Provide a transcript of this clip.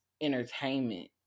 entertainment